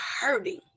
hurting